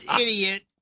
Idiot